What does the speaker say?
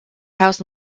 house